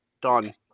Done